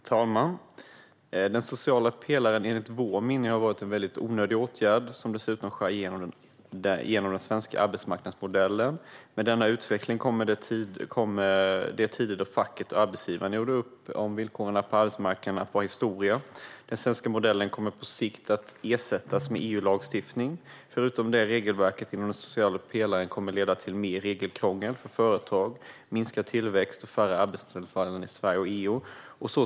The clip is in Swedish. Herr talman! Den sociala pelaren har enligt vår mening varit en onödig åtgärd som dessutom skär genom den svenska arbetsmarknadsmodellen. Med denna utveckling kommer de tider då facket och arbetsgivaren gjorde upp om villkoren på arbetsmarknaden att vara historia. Den svenska modellen kommer på sikt att ersättas med EU-lagstiftning, förutom att regelverket i den sociala pelaren kommer att leda till mer regelkrångel för företag, minskad tillväxt och färre arbetstillfällen i Sverige och EU.